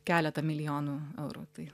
keleta milijonų eurų tai